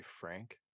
frank